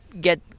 get